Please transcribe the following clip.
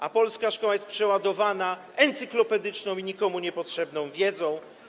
A polska szkoła jest przeładowana encyklopedyczną i nikomu niepotrzebną wiedzą.